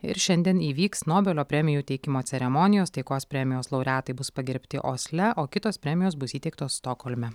ir šiandien įvyks nobelio premijų teikimo ceremonijos taikos premijos laureatai bus pagerbti osle o kitos premijos bus įteiktos stokholme